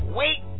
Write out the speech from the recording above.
wait